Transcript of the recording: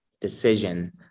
decision